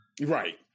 Right